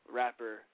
rapper